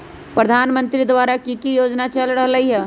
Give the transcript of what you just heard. प्रधानमंत्री द्वारा की की योजना चल रहलई ह?